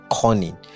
cunning